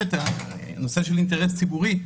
האינטרס הציבורי.